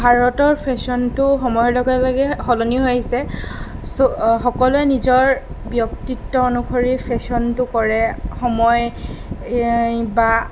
ভাৰতৰ ফেশ্ৱনটো সময়ৰ লগে লগে সলনি হৈ আহিছে চ সকলোৱে নিজৰ ব্যক্তিত্ব অনুসৰি ফেশ্ৱনটো কৰে সময় বা